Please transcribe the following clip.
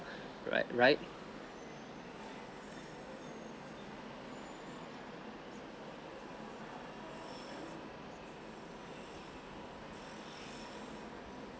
right right